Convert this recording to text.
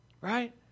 right